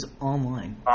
online